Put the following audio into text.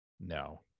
No